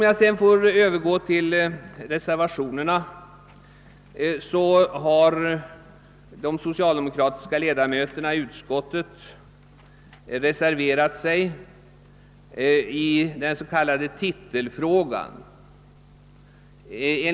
Jag övergår så till reservationerna. Vi socialdemokratiska ledamöter av atskottet har — det gäller reservationen 1 — reserverat oss beträffande den s.k. titelfrågan.